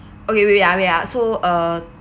okay wait ah wait ah so uh